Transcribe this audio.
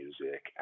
music